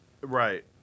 Right